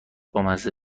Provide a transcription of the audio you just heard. بامزه